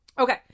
Okay